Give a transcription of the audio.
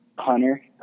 hunter